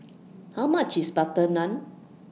How much IS Butter Naan